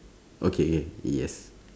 okay K yes